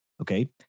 okay